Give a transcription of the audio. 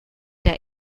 der